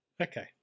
Okay